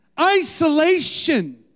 isolation